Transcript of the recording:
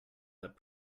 that